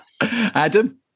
Adam